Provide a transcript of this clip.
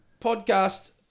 podcast